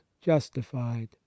justified